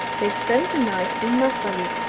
they spent the night in mafvahli,